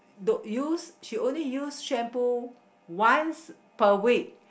don't use she only use shampoo once per week